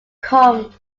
comes